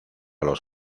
los